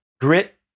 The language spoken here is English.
grit